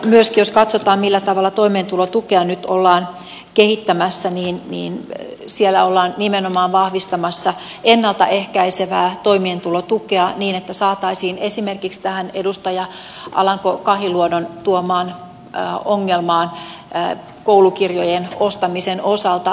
myöskin jos katsotaan millä tavalla toimeentulotukea nyt ollaan kehittämässä niin siellä ollaan nimenomaan vahvistamassa ennalta ehkäisevää toimeentulotukea niin että saataisiin esimerkiksi tähän edustaja alanko kahiluodon esille tuomaan ongelmaan koulukirjojen ostamisen osalta ratkaisuja